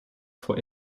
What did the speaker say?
vor